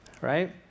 right